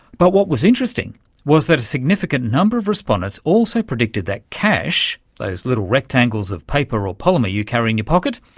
but what was interesting was that a significant number of respondents also predicted that cash, those little rectangles of paper or polymer you carry in your pocket,